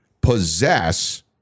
possess